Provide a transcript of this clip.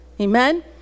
Amen